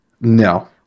No